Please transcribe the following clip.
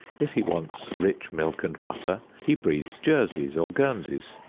if he wants rich milk and butter, he breeds jerseys or guernseys.